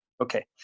Okay